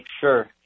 sure